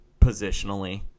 positionally